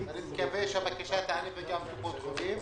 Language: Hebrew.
אני מקווה שהבקשה תיענה וגם קופות חולים,